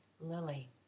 lily